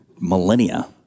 millennia